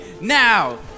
now